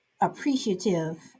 appreciative